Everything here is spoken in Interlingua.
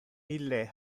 ille